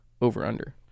over-under